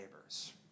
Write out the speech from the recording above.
neighbors